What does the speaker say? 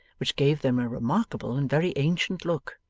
which gave them a remarkable and very ancient look.